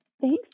Thanks